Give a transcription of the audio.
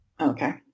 Okay